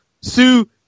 sue